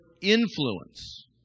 influence